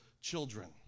children